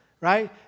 right